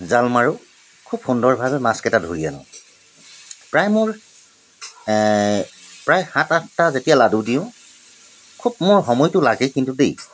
জাল মাৰোঁ খুব সুন্দৰভাৱে মাছকেইটা ধৰি আনো প্ৰায় মোৰ প্ৰায় সাত আঠটা যেতিয়া লাডু দিওঁ খুব মোৰ সময় লাগে কিন্তু দেই